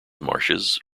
marshes